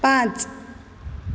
पांच